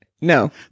No